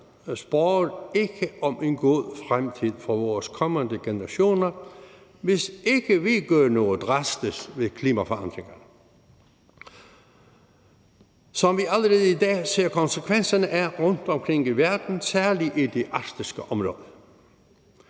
spår ikke om en god fremtid for vores kommende generationer, hvis vi ikke gør noget drastisk ved de klimaforandringer, som vi allerede i dag ser konsekvenserne af rundtomkring i verden, særlig i det arktiske område.